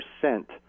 percent